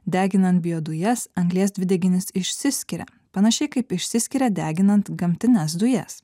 deginant biodujas anglies dvideginis išsiskiria panašiai kaip išsiskiria deginant gamtines dujas